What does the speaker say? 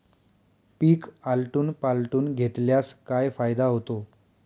पीक आलटून पालटून घेतल्यास काय फायदा होतो?